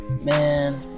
Man